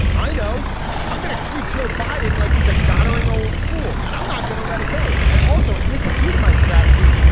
i know i'm going gonna treat joe biden like he's a doddering old fool and i'm not going to let it go. and also and this is key to my strategy.